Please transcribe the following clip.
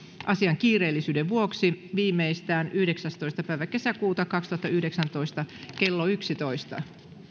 asian kiireellisyyden vuoksi viimeistään yhdeksästoista kuudetta kaksituhattayhdeksäntoista kello yksitoista